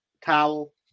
towel